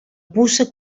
puça